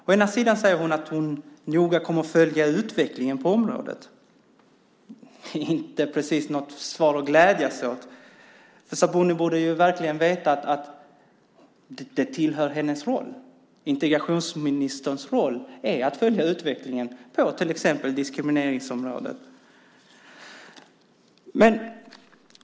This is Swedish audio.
Å ena sidan säger hon att hon noga kommer att följa utvecklingen på området. Det är inte precis något svar att glädjas åt, för Sabuni borde verkligen veta att det tillhör hennes roll. Integrationsministerns roll är att följa utvecklingen på till exempel diskrimineringsområdet.